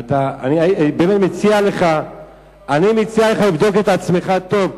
אני מציע לך לבדוק את עצמך טוב,